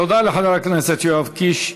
תודה לחבר הכנסת יואב קיש.